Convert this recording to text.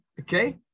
Okay